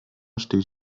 steht